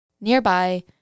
Nearby